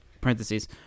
parentheses